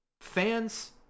fans